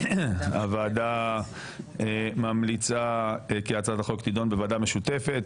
הוועדה ממליצה כי הצעת החוק תידון בוועדה משותפת